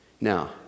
Now